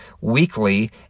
weekly